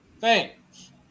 Thanks